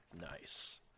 Nice